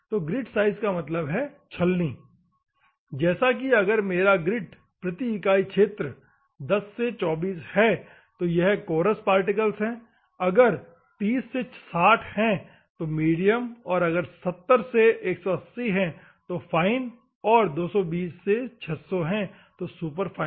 तो ग्रिट का मतलब है छलनी जैसे कि अगर मेरा ग्रिट प्रति इकाई क्षेत्र 10 से 24 है तो यह कोरस पार्टिकल्स हैं अगर 30 से 60 है तो मीडियम अगर 70 से 180 है तो फाइन और 220 से 600 है तो सुपरफाइन